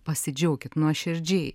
pasidžiaukit nuoširdžiai